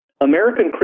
American